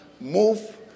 move